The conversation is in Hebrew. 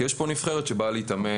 כי יש פה נבחרת שבאה להתאמן,